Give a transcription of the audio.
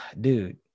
Dude